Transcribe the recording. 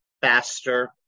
faster